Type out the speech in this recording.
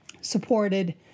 supported